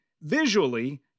visually